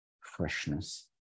freshness